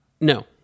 No